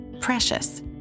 precious